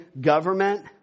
government